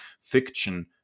Fiction